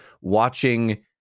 watching